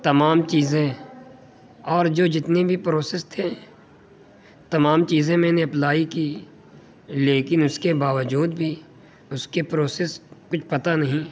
تمام چیزیں اور جو جتنے بھی پروسیس تھے تمام چیزیں میں نے اپلائی کی لیکن اس کے باوجود بھی اس کے پروسیس کچھ پتہ نہیں